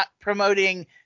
promoting